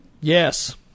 Yes